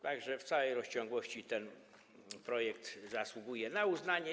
Tak że w całej rozciągłości ten projekt zasługuje na uznanie.